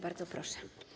Bardzo proszę.